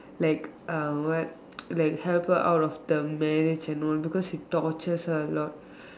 like uh what like help her out of the marriage and all because he tortures her a lot